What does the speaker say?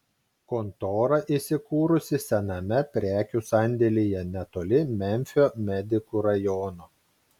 kontora įsikūrusi sename prekių sandėlyje netoli memfio medikų rajono